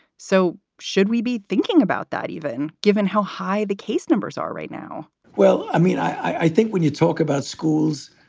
so should we be thinking about that, even given how high the case numbers are right now? well, i mean, i think when you talk about schools,